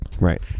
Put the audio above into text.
Right